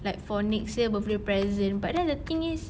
like for next year birthday present but then the thing is